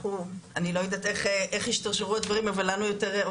אני לא יודעת איך השתרשרו הדברים אבל אותנו